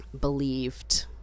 believed